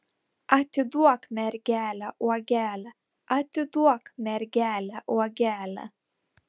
atiduok mergelę uogelę atiduok mergelę uogelę